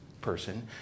person